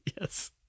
yes